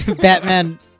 Batman